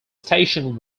station